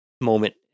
moment